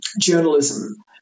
journalism